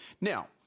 Now